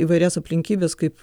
įvairias aplinkybes kaip